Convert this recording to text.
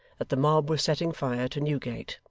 that the mob were setting fire to newgate.